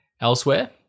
elsewhere